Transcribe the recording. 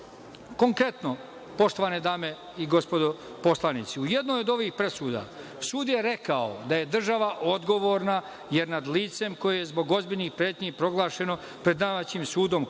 organa. Konkretno, poštovane dame i gospodo poslanici, u jednoj od ovih presuda, sud je rekao da je država odgovorna, jer nad licem koje je zbog ozbiljnih pretnji proglašeno pred domaćim sudom krivim